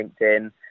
LinkedIn